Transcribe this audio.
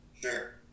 Sure